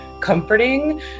comforting